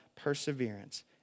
perseverance